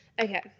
Okay